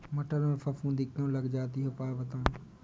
मटर में फफूंदी क्यो लग जाती है उपाय बताएं?